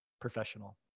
professional